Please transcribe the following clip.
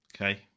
Okay